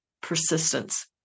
persistence